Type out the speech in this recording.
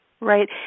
Right